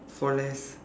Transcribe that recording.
for less